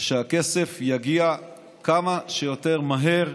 שהכסף יגיע כמה שיותר מהר